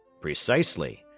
Precisely